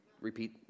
Repeat